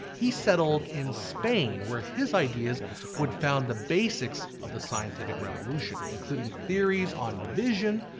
he settled in spain where his ideas would found the basics of the scientific revolution including theories on vision,